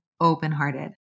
open-hearted